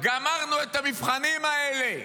גמרנו את המבחנים האלה,